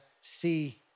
see